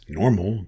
normal